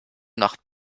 nach